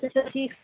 تُہۍ چھُو حظ ٹھیٖک